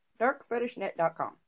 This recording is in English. darkfetishnet.com